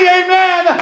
amen